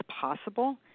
possible